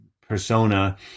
persona